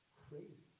crazy